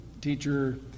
teacher